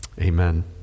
amen